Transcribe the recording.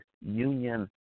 union